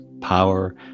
Power